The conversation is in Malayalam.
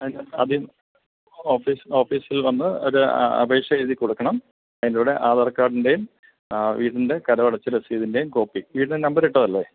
ആദ്യം ഓഫീസ് ഓഫീസിൽ വന്ന് ഒരു അപേക്ഷ എഴുതി കൊടുക്കണം അതിൻ്റെ കൂടെ ആധാർ കാർഡിൻ്റെയും വീടിൻ്റെ കരമടച്ച രസീതിൻ്റെയും കോപ്പി വീടിന് നമ്പർ ഇട്ടതല്ലേ